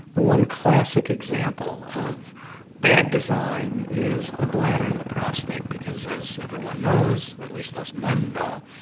the one classic example of bad design is the bladder and the prostate, because as everyone knows, or at least us men know,